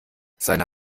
seine